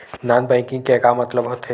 Non banking के मतलब का होथे?